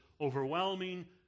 overwhelming